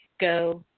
Go